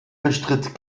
bestritt